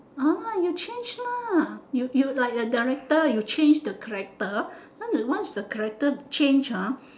ah you change lah you you like the director you change the character and that one is a character change ah